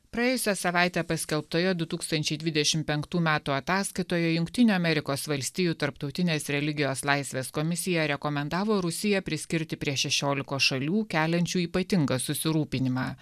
praėjusią savaitę paskelbtoje du tūkstančiai dvidešimt penktų metų ataskaitoje jungtinių amerikos valstijų tarptautinės religijos laisvės komisija rekomendavo rusiją priskirti prie šešiolikos šalių keliančių ypatingą susirūpinimą